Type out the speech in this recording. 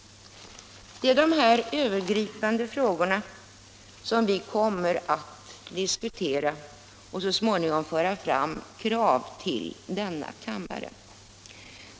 Det är dessa övergripande frågor som vi kommer att diskutera och så småningom föra fram i form av krav i riksdagen.